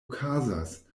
okazas